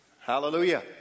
hallelujah